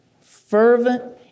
fervent